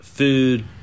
Food